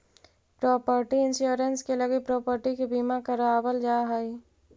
property insurance के लगी property के बीमा करावल जा हई